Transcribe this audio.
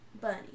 Bunny